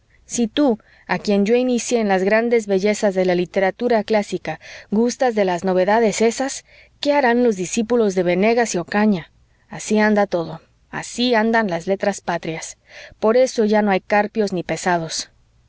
si tú a quien yo inicié en las grandes bellezas de la literatura clásica gustas de las novedades esas qué harán los discípulos de venegas y ocaña así anda todo así andan las letras patrias por eso ya no hay carpios ni pesados